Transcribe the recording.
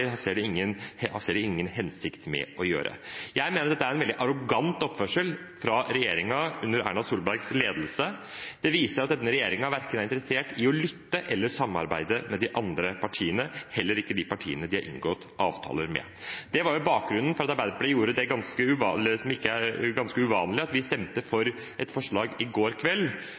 det ser de ingen hensikt med å gjøre. Jeg mener det er en veldig arrogant oppførsel fra regjeringens side under Erna Solbergs ledelse. Det viser at denne regjeringen verken er interessert i å lytte eller å samarbeide med de andre partiene – heller ikke de partiene de har inngått avtaler med. Det var bakgrunnen for at Arbeiderpartiet gjorde det ganske uvanlige i går kveld å stemme for et forslag – som et resultat av at vi